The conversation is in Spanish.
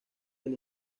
del